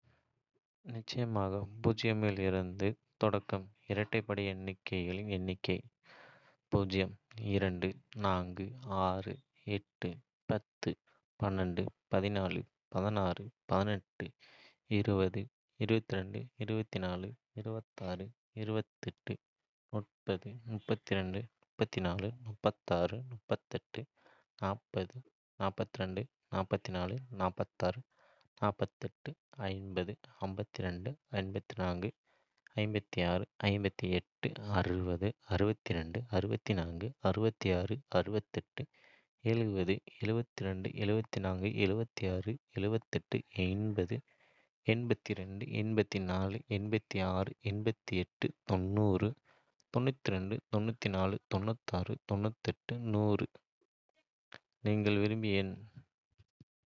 காற்றுச் சுழலிகள் காற்றாற்றலைப் பயன்படுத்தி மின்சாரம் தயாரிக்கும் முக்கிய நோக்கத்திற்கு உதவுகின்றன. அவை எவ்வாறு செயல்படுகின்றன மற்றும் அவற்றின் முக்கியத்துவம் பற்றிய முறிவு இங்கே. காற்றாலை விசையாழிகள் எவ்வாறு செயல்படுகின்றன. காற்றாலை ஆற்றல் இயற்கையான மற்றும் புதுப்பிக்கத்தக்க ஆற்றல் ஆதாரமான காற்று, காற்றாலை விசையாழிகளின் உந்து சக்தியாகும். காற்று வீசும்போது, அது விசையாழியின் இறக்கைகளைத் தாக்குகிறது. பிளேட் சுழற்சி காற்றின் விசை பிளேடுகளை சுழற்றுகிறது, இது ஒரு விமான உந்துவிசையைப் போன்றது. இயந்திர ஆற்றல் இந்த சுழற்சி இயந்திர ஆற்றலை உருவாக்குகிறது, இது விசையாழியின் நாசெல்லுக்குள் மேலே உள்ள வீட்டுவசதி ஒரு ஜெனரேட்டருடன் இணைக்கப்பட்ட தண்டுக்கு மாற்றப்படுகிறது. மின்சார உற்பத்தி ஜெனரேட்டர் இயந்திர ஆற்றலை மின்னாற்றலாக மாற்றுகிறது.